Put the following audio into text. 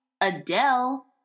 Adele